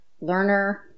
learner